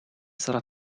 sarà